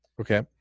Okay